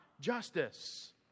justice